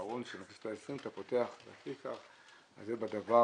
וזה בדבר